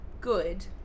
good